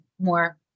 more